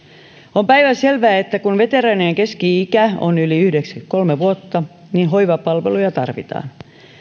on päivänselvää että kun veteraanien keski ikä on yli yhdeksänkymmentäkolme vuotta niin hoivapalveluja tarvitaan